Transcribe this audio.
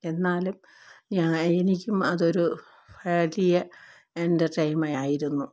എന്നാലും ഞാ എനിക്കും അതൊരു വലിയ എൻറ്റർടൈമ് ആയിരുന്നു